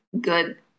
good